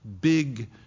big